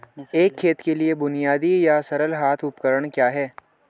एक खेत के लिए बुनियादी या सरल हाथ उपकरण क्या हैं?